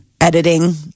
editing